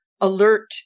alert